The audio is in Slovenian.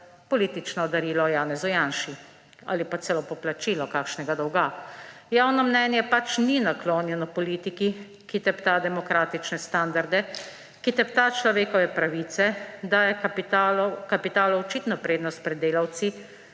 politično darilo Janezu Janši ali pa celo poplačilo kakšnega dolga. Javno mnenje pač ni naklonjeno politiki, ki tepta demokratične standarde, ki tepta človekove pravice, daje kapitalu očitno prednost pred delavci,